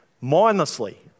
Mindlessly